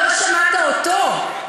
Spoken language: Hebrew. לא שמעת אותו,